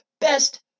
best